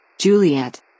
Juliet